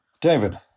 David